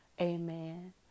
Amen